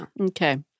Okay